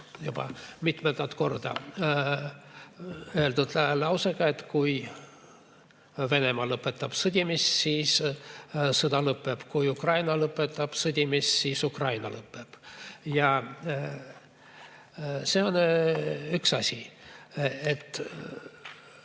vastas mitmendat korda öeldud lausega, et kui Venemaa lõpetab sõdimise, siis sõda lõpeb, kui Ukraina lõpetab sõdimise, siis Ukraina lõpeb. See on üks asi.